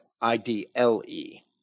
I-D-L-E